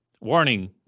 Warning